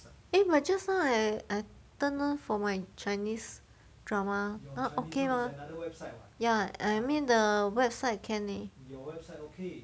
eh but just now I I turn off for my chinese drama okay mah ya I mean the website can leh